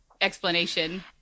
explanation